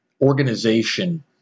organization